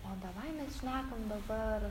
o davai mes šnekam dabar